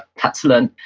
had to learn.